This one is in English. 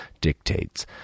dictates